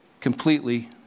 Completely